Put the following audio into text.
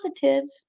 positive